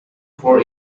for